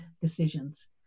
decisions